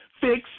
Fix